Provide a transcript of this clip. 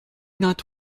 not